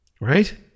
right